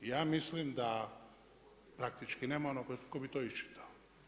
Ja mislim da praktički nema onoga tko bi to iščitao.